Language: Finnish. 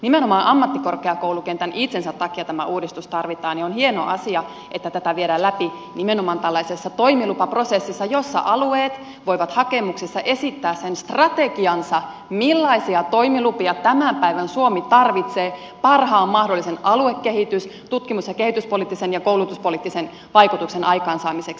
nimenomaan ammattikorkeakoulukentän itsensä takia tämä uudistus tarvitaan ja on hieno asia että tätä viedään läpi nimenomaan tällaisessa toimilupaprosessissa jossa alueet voivat hakemuksessa esittää sen strategiansa millaisia toimilupia tämän päivän suomi tarvitsee parhaan mahdollisen aluekehitys tutkimus ja kehityspoliittisen ja koulutuspoliittisen vaikutuksen aikaansaamiseksi